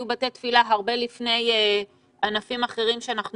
בתי תפילה היו הרבה לפני ענפים אחרים שאנחנו